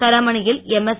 தரமணியில் MS